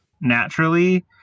naturally